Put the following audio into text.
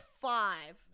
five